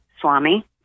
Swami